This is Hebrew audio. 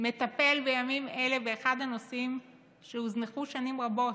מטפל בימים אלה באחד הנושאים שהוזנחו שנים רבות,